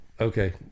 Okay